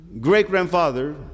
great-grandfather